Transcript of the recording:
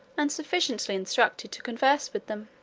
and sufficiently instructed to converse with them.